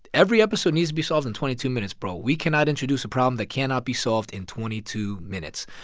every episode needs to be solved in twenty two minutes, bro. we cannot introduce a problem that cannot be solved in twenty two minutes.